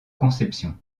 conception